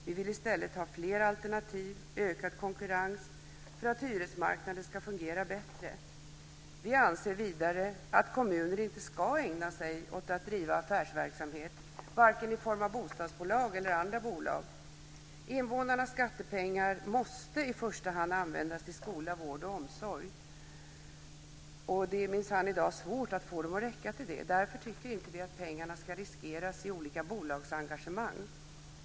Vi vill i stället ha flera alternativ, ökad konkurrens, för att hyresmarknaden ska fungera bättre. Vi anser vidare att kommuner inte ska ägna sig åt att bedriva affärsverksamhet, varken i form av bostadsbolag eller i andra bolag. Invånarnas skattepengar måste i första hand användas till skola, vård och omsorg. Det är minsann svårt att i dag få dem att räcka till det. Därför tycker vi inte att pengarna ska riskeras i olika bolagsengagemang.